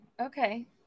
okay